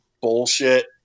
bullshit